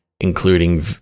including